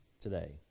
today